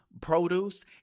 produce